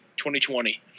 2020